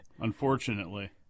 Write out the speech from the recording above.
Unfortunately